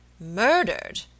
Murdered